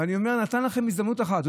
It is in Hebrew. ואני אומר: הייתה לכם הזדמנות אחת.